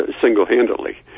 single-handedly